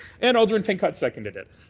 and alderman pincott seconded it.